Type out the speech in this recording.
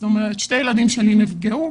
שני ילדים שלי נפגעו.